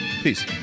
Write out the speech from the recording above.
Peace